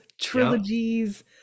trilogies